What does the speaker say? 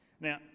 Now